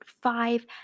five